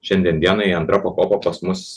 šiandien dienai antra pakopa pas mus